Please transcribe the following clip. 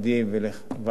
ולוועדת הכלכלה,